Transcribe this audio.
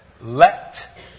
Let